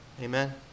Amen